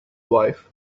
wife